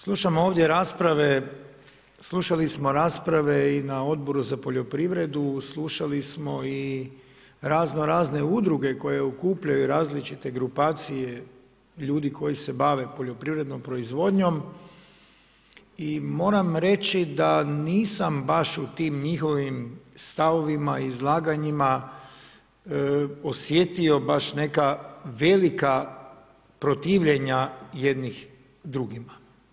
Slušam ovdje rasprave, slušali smo rasprave i na Odboru za poljoprivredu, slušali smo i razno razne udruge, koje okupljaju i različite grupacije, ljudi koji se bave poljoprivrednom proizvodnjom i moram reći, da nisam baš u tim njihovim stavovima i izlaganjima osjetio baš neka velika protivljenja jednih drugima.